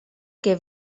que